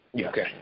Okay